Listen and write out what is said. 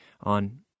on